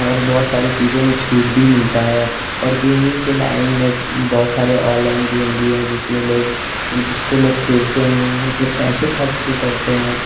और बहुत सारी चीज़ों में छूट भी मिलती है और गेमिन्ग के लाइन में बहुत सारे ऑनलाइन गेम भी हैं जिसमें लोग जिसको लोग खेलते हैं उसमें पैसे खर्च भी करते हैं